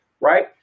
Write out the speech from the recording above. Right